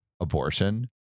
abortion